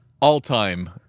all-time